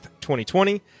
2020